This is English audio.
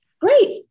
Great